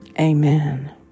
Amen